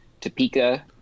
Topeka